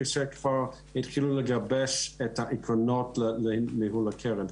כשכבר יתחילו לגבש את העקרונות לניהול הקרן.